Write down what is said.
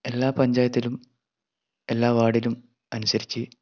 എല്ലാ പഞ്ചായത്തിലും എല്ലാ വാർഡിലും അനുസരിച്ച്